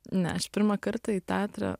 ne aš pirmą kartą į teatrą